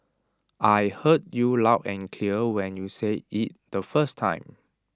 I heard you loud and clear when you said IT the first time